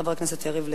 חבר הכנסת יריב לוין.